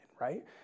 right